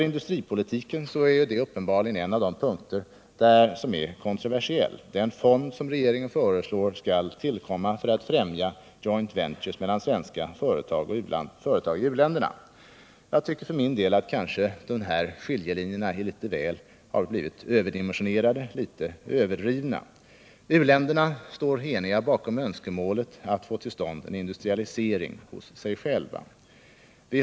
Industripolitiken är uppenbarligen en av de punkter som är kontroversiella —- den fond som regeringen föreslår skall tillkomma för att främja joint ventures mellan svenska företag och utländska företag i u-länderna. Jag tycker för min del att skiljelinjerna där överdimensionerats. U-länderna står eniga bakom önskemålet att få till stånd en industrialisering hos sig själva.